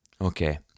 Okay